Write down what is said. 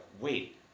wait